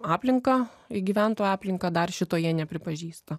aplinką į gyventojų aplinką dar šito jie nepripažįsta